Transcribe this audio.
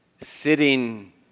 sitting